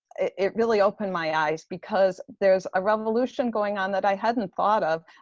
it really opened my eyes because there's a revolution going on that i hadn't thought of,